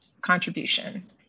contribution